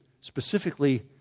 specifically